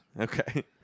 Okay